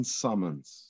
summons